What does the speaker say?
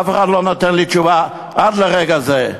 אף אחד לא נתן לי תשובה עד לרגע זה.